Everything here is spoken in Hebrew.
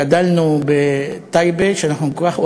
גדלנו בטייבה שאנחנו כל כך אוהבים.